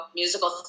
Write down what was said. musical